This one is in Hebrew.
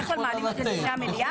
בדרך כלל מעלים את זה לפני המליאה,